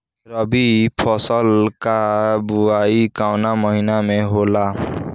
रबी फसल क बुवाई कवना महीना में होला?